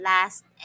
Last